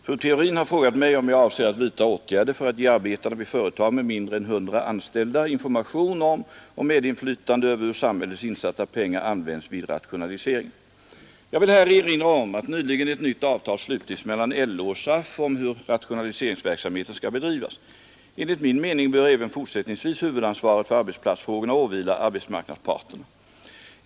Herr talman! Fru Theorin har frågat mig om jag avser att vidta åtgärder för att ge arbetarna vid företag med mindre än 100 anställda information om och medinflytande över hur samhällets insatta pengar används vid rationaliseringar. Jag vill här erinra om att nyligen ett nytt avtal slutits mellan LO och SAF om hur rationaliseringsverksamheten skall bedrivas. Enligt min mening bör även fortsättningsvis huvudansvaret för arbetsplatsfrågorna åvila arbetsmarknadsparterna.